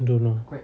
don't know